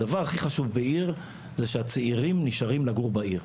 הדבר הכי חשוב בעיר זה שהצעירים נשארים לגור בעיר,